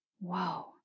Whoa